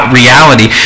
reality